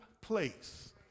place